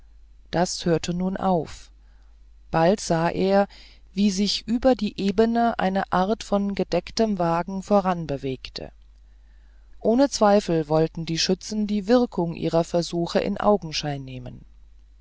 das hörte nun auf bald sah er wie sich über die ebene eine art von gedecktem wagen heranbewegte ohne zweifel wollten die schützen die wirkung ihrer versuche in augenschein nehmen